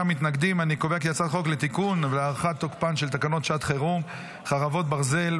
את הצעת חוק לתיקון ולהארכת תוקפן של תקנות שעת חירום (חרבות ברזל)